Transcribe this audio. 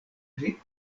pri